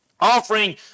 offering